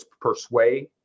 persuade